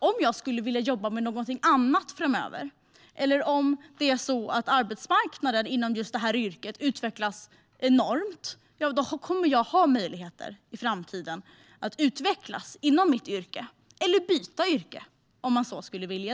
Om jag skulle vilja jobba med någonting annat framöver eller om arbetsmarknaden för just detta yrke utvecklas enormt kommer jag i framtiden att ha möjligheter att utvecklas inom mitt yrke eller att byta yrke.